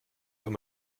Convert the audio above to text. wenn